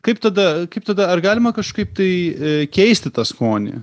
kaip tada kaip tada ar galima kažkaip tai keisti tą skonį